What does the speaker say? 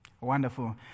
Wonderful